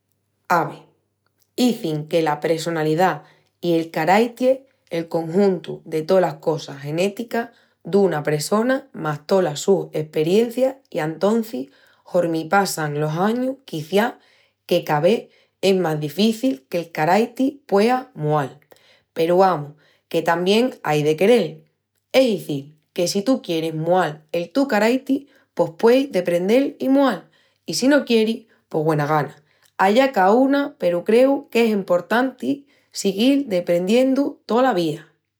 Ave, izin que la pressonalidá i el caraities el conjuntu de tolas cosas genéticas duna pressona más tolas sus esperencias i antocis, hormi passan los añus, quiciás que ca vés es más difici que el caraiti puea mual. Peru, amus, tamién ai de querel. Es izil, que si tú quieris mual el tu caraiti pos pueis deprendel i mual. I si no quieris... pos güena gana. Allá caúna peru creu qu'es emportanti siguil deprendiendu tola via.